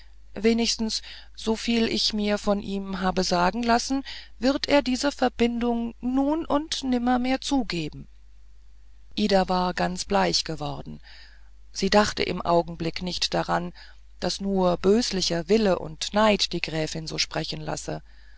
wenigstens so viel ich mir von ihm habe sagen lassen wird er diese verbindung nun und nimmermehr zugeben ida war ganz bleich geworden sie dachte im augenblick nicht daran daß nur böslicher wille und neid die gräfin so sprechen lasse